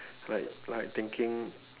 like like thinking